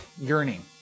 yearning